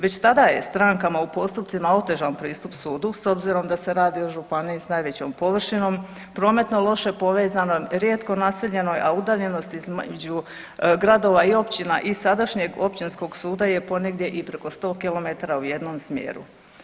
Već tada je strankama u postupcima otežan pristup sudu s obzirom da se radi o županiji s najvećom površinom, prometno loše povezanom, rijetko naseljenoj, a udaljenost između gradova i općina i sadašnjeg općinskog suda je ponegdje i preko 100 kilometara u jednom smjeru.